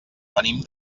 venim